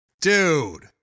dude